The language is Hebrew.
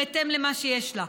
בהתאם למה שיש לה.